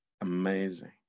amazing